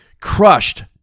crushed